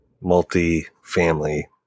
multi-family